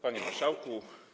Panie Marszałku!